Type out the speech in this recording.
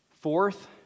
Fourth